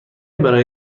برای